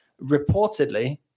Reportedly